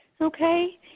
okay